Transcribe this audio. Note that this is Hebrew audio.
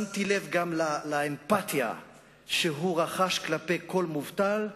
שמתי לב גם לאמפתיה שהוא רחש כלפי כל מובטל,